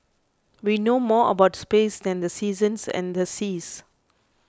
we know more about space than the seasons and the seas